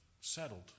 settled